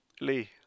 Lee